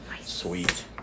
Sweet